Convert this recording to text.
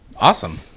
awesome